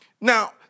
now